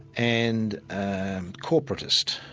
and and corporatist,